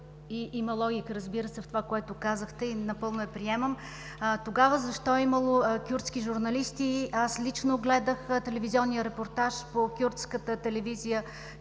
има логика, разбира се, в това, което казахте. Напълно я приемам. Тогава защо е имало кюрдски журналисти? Аз лично гледах телевизионния репортаж по кюрдската телевизия